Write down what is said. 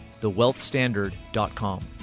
thewealthstandard.com